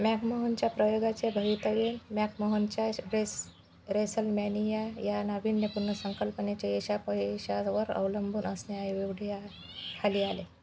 मॅकमोहनच्या प्रयोगाचे भवितव्य मॅकमोहनच्या रेस रेसलमॅनिया या नावीन्यपूर्ण संकल्पनेच्या यशापयशावर अवलंबून असण्याएवढे खाली आले